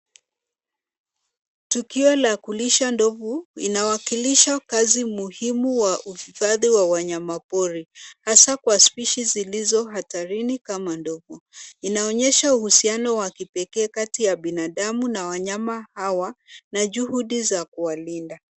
Tukio la kulisha ndovu inawakilisha kazi muhimu wa uhifadhi wa wanyama pori, hasa kwa species zilizo hatarini kama ndovu. Inaonyesha uhusiano wa kipekee kati ya binadamu na wanyama hawa, na juhudi za kuwalinda.